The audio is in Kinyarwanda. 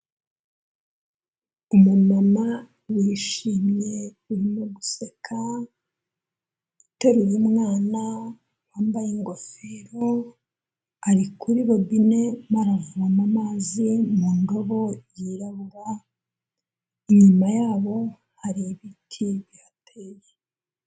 Umumama wishimye urimo guseka, uteruye umwana wambaye ingofero, ari kuri robine arimo aravoma amazi mu ndobo yirabura, inyuma yabo hari ibiti bihateye.